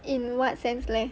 in what sense leh